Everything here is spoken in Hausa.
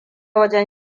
wajen